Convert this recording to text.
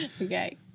Okay